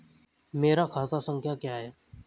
मेरा खाता संख्या क्या है?